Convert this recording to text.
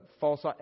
false